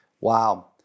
Wow